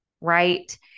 right